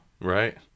Right